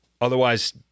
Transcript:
otherwise